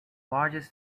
largest